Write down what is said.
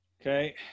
Okay